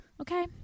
okay